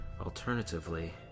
Alternatively